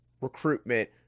recruitment